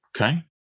Okay